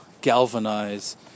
galvanize